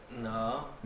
No